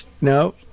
No